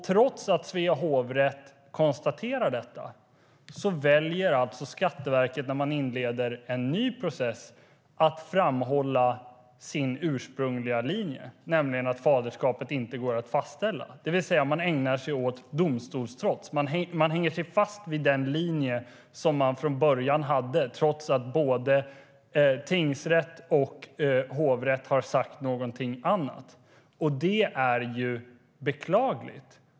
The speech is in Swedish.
Trots att Svea hovrätt konstaterar detta väljer alltså Skatteverket, när man inleder en ny process, att framhålla sin ursprungliga linje, nämligen att faderskapet inte går att fastställa. Man ägnar sig alltså åt domstolstrots. Man hänger sig fast vid den linje som man från början hade trots att både tingsrätt och hovrätt har sagt någonting annat. Det är beklagligt.